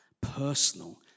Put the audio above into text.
personal